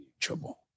trouble